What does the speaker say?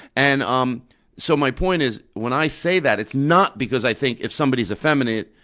and um so my point is, when i say that, it's not because i think if somebody's effeminate,